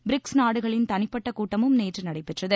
BRICS நாடுகளின் தனிப்பட்ட கூட்டமும் நேற்று நடைபெற்றது